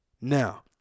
Now